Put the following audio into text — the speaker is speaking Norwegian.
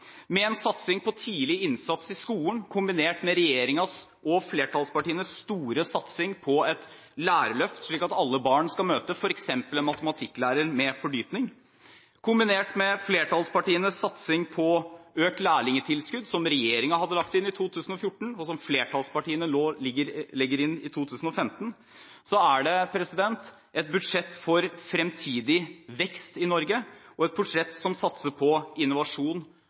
med en satsing på tidlig innsats i skolen, kombinert med regjeringens og flertallspartienes store satsing på et lærerløft, slik at alle barn skal møte f.eks. en matematikklærer med fordypning, kombinert med flertallspartienes satsing på økt lærlingtilskudd, som regjeringen hadde lagt inn i 2014, og som flertallspartiene nå legger inn i 2015, er det et budsjett for fremtidig vekst i Norge og et budsjett som satser på innovasjon,